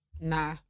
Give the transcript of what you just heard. Nah